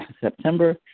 September